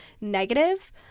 negative